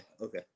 okay